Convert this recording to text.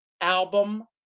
album